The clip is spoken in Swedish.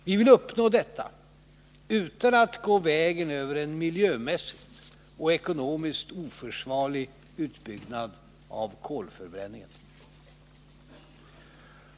Vi vill uppnå detta utan att gå vägen över en miljömässigt och ekonomiskt oförsvarlig utbyggnad av kolförbränningen.